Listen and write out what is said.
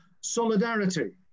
solidarity